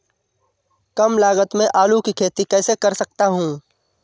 कम लागत में आलू की खेती कैसे कर सकता हूँ?